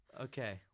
okay